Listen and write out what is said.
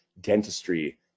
dentistry